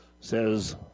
says